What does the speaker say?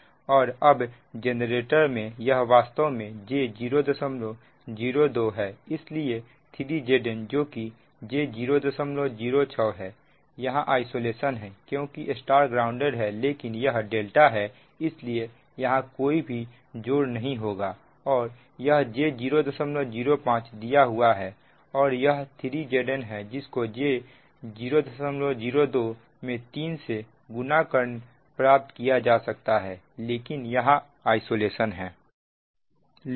और अब जेनरेटर में यह वास्तव में j002 है इसलिए 3Zn जो कि j006 है यहां आइसोलेशन है क्योंकि Y ग्राउंडेड है लेकिन यह ∆ है इसलिए यहां कोई भी जोड़ नहीं होगा और यह j005 दिया हुआ है और यह 3Zn है जिसको 002 में 3 से गुना कर प्राप्त किया जाता है लेकिन यहां आइसोलेशन है